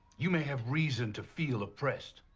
you may have reason to feel oppressed,